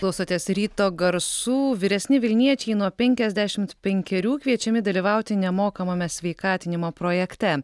klausotės ryto garsų vyresni vilniečiai nuo penkiasdešimt penkerių kviečiami dalyvauti nemokamame sveikatinimo projekte